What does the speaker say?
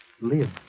live